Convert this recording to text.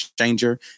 changer